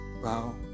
Wow